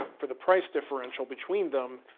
for the price differential between them,